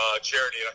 charity